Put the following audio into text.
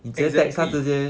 exactly